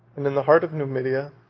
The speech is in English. in the heart of numidia,